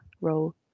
role